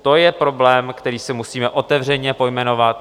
To je problém, který si musíme otevřeně pojmenovat.